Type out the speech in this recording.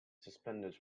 suspended